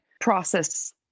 process